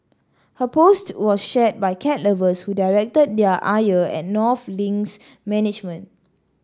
her post was shared by cat lovers who directed their ire at North Link's management